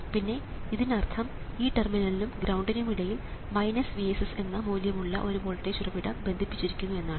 പിന്നെ ഇതിനർത്ഥം ഈ ടെർമിനലിനും ഗ്രൌണ്ടിനുമിടയിൽ VSS എന്ന മൂല്യമുള്ള ഒരു വോൾട്ടേജ് ഉറവിടം ബന്ധിപ്പിച്ചിരിക്കുന്നു എന്നാണ്